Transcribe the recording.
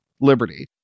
liberty